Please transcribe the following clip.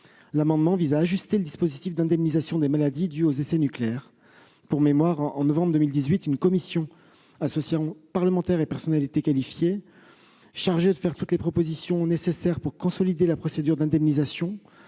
Il vise à ajuster le dispositif d'indemnisation des maladies dues aux essais nucléaires. Pour mémoire, en novembre 2018, une commission associant parlementaires et personnalités qualifiées, chargée de faire toutes propositions propres à consolider la procédure d'indemnisation,